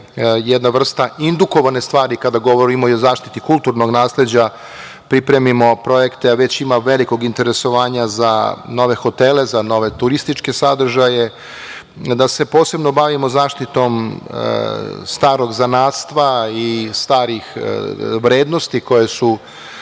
jedna vrsta indukovane stvari kada govorimo i o zaštiti kulturnog nasleđa pripremimo projekte, a već ima velikog interesovanja za nove hotele, nove turističke sadržaje, da se posebno bavimo zaštitom starog zanatstva i starih vrednosti koje su